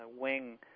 wing